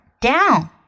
down